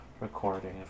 recording